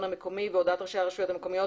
המקומי והודעת ראשי הרשויות המקומיות